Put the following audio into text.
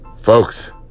Folks